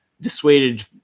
dissuaded